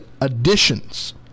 additions